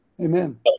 Amen